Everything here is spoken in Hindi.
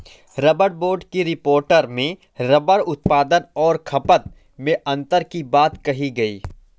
रबर बोर्ड की रिपोर्ट में रबर उत्पादन और खपत में अन्तर की बात कही गई